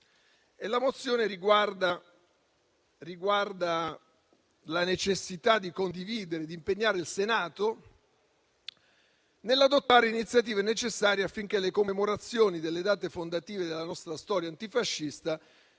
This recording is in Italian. noi tutti - sulla necessità di condividere e di impegnare il Senato nell'adottare iniziative necessarie affinché le commemorazioni delle date fondative della nostra storia antifascista